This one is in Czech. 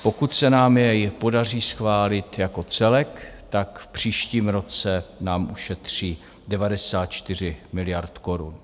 Pokud se nám jej podaří schválit jako celek, tak v příštím roce nám ušetří 94 miliard korun.